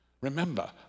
Remember